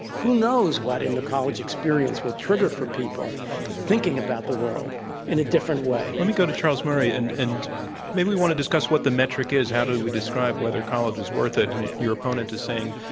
who knows what, in the college experience will trigger for people thinking about the world in a different way. let me go to charles murray and and maybe we want to discuss what the metric is, how do we describe whether college is worth it. and your opponent is saying,